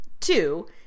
Two